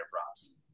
props